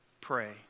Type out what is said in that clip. pray